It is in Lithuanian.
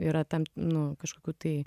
yra tam nu kažkokių tai